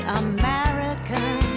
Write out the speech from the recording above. american